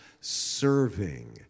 serving